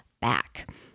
back